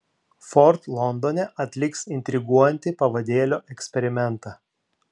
ford londone atliks intriguojantį pavadėlio eksperimentą